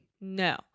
No